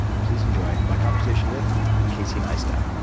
please enjoy my conversation with casey neistat.